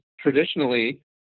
traditionally